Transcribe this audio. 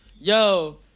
Yo